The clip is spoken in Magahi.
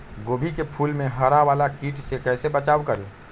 गोभी के फूल मे हरा वाला कीट से कैसे बचाब करें?